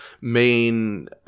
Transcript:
main